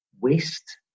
waste